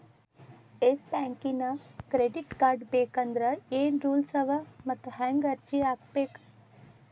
Yes ಬ್ಯಾಂಕಿನ್ credit card ಬೇಕಂದ್ರ ಏನ್ ರೂಲ್ಸವ ಮತ್ತ್ ಹೆಂಗ್ ಅರ್ಜಿ ಹಾಕ್ಬೇಕ?